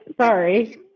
Sorry